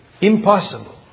Impossible